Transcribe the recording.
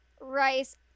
Rice